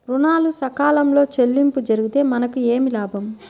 ఋణాలు సకాలంలో చెల్లింపు జరిగితే మనకు ఏమి లాభం?